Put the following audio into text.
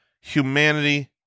humanity